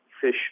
fish